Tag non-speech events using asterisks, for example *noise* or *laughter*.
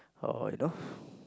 or you know *breath*